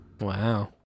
Wow